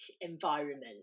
environment